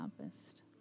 harvest